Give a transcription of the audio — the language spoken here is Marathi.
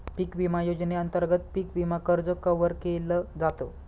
पिक विमा योजनेअंतर्गत पिक विमा कर्ज कव्हर केल जात